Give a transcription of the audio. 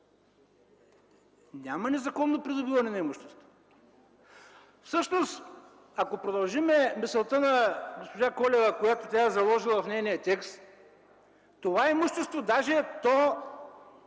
Няма незаконно придобиване на имущество. Всъщност, ако продължим мисълта на госпожа Колева, която е заложила в нейния текст, че това имущество, даже като